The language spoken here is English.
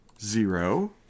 zero